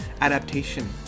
adaptation